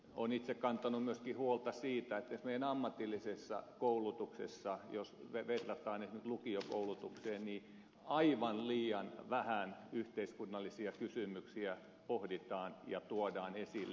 olen itse kantanut myöskin huolta siitä että esimerkiksi ammatillisessa koulutuksessa jos sitä verrataan esimerkiksi lukiokoulutukseen aivan liian vähän yhteiskunnallisia kysymyksiä pohditaan ja tuodaan esille